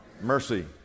Mercy